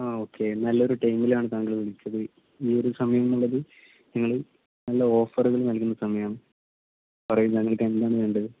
ആ ഓക്കെ നല്ലൊരു ടൈമിലാണ് താങ്കൾ വിളിക്കുന്നത് ഈ ഒരു സമയം എന്നുള്ളത് ഞങ്ങൾ നല്ല ഓഫറുകൾ നൽകുന്ന സമയമാണ് പറയൂ നിങ്ങൾക്ക് എന്താണ് വേണ്ടത്